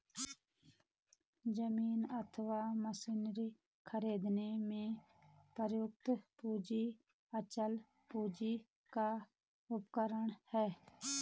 जमीन अथवा मशीनरी खरीदने में प्रयुक्त पूंजी अचल पूंजी का उदाहरण है